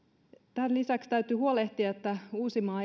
tämän lisäksi täytyy huolehtia että uusimaa